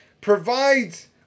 provides